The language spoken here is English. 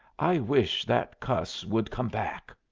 i wish that cuss would come back.